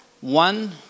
One